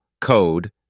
code